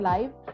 Live